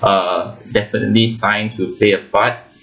uh definitely science would play a part